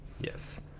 Yes